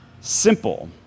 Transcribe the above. Simple